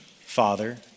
father